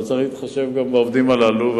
אבל צריך להתחשב גם בעובדים הללו.